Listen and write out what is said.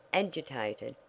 agitated,